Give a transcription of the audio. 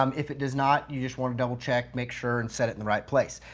um if it does not you want to double check, make sure and set it in the right place.